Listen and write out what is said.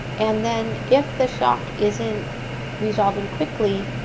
and then if the shock isn't resolving quickly,